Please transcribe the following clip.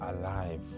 alive